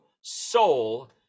Soul